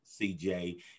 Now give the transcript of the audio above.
cj